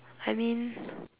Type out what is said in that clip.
I mean